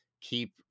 keep